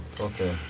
Okay